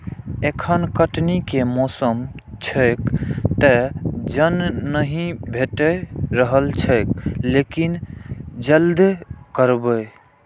एखन कटनी के मौसम छैक, तें जन नहि भेटि रहल छैक, लेकिन जल्दिए करबै